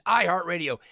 iHeartRadio